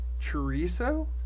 chorizo